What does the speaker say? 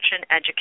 education